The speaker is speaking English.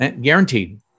Guaranteed